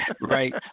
Right